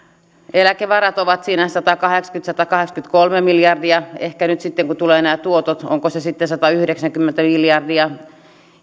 eläkevarat ovat siinä satakahdeksankymmentä viiva satakahdeksankymmentäkolme miljardia ja ehkä nyt sitten kun tulevat nämä tuotot ovatko ne satayhdeksänkymmentä miljardia